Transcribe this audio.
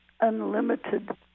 unlimited